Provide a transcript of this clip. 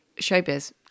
Showbiz